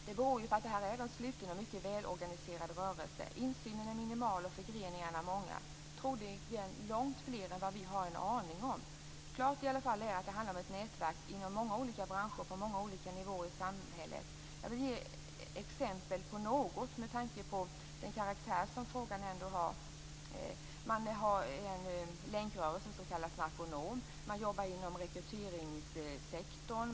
Det beror på att det är en sluten och mycket välorganiserad rörelse. Insynen är minimal och förgreningarna många, troligen långt fler än vad vi har en aning om. Klart är i alla fall att det handlar om ett nätverk inom många olika branscher och på många olika nivåer i samhället. Jag vill ge några exempel med tanke på den karaktär som frågan ändå har. Man har en länkrörelse som kallas Narconon. Man jobbar inom rekryteringssektorn.